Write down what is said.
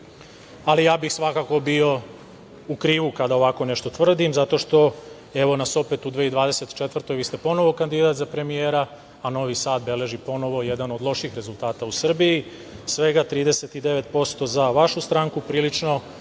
ali bih svakako bio u krivu kada ovako nešto tvrdim zato što nas evo opet u 2024. godini vi ste ponovo kandidat za premijera, a Novi Sad beleži ponovo jedan od lošijih rezultata u Srbiji, svega 39% za vašu stranku, prilično